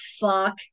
Fuck